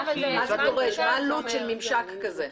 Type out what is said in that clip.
מה העלות של ממשק כזה?